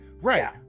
right